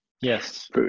Yes